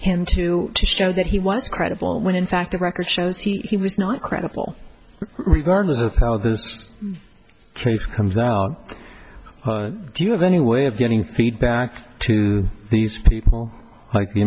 him to show that he was credible when in fact the record shows he was not credible regardless of how the truth comes out do you have any way of getting feedback to these people like the